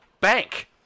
bank